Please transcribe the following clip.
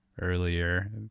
earlier